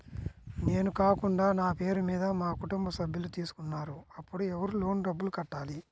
నేను కాకుండా నా పేరు మీద మా కుటుంబ సభ్యులు తీసుకున్నారు అప్పుడు ఎవరు లోన్ డబ్బులు కట్టాలి?